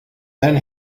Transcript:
then